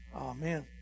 amen